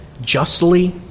justly